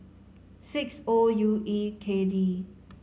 six O U E K D